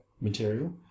material